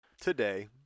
today